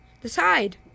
Decide